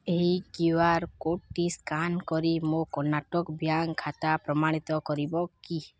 ଏହି କ୍ୟୁଆର୍ କୋଡ଼୍ଟି ସ୍କାନ୍ କରି ମୋ କର୍ଣ୍ଣାଟକ ବ୍ୟାଙ୍କ୍ ଖାତା ପ୍ରମାଣିତ କରିବ କି